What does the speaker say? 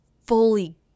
fully